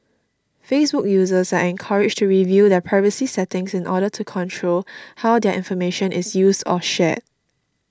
Facebook users are encouraged to review their privacy settings in order to control how their information is used or shared